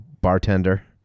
bartender